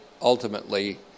ultimately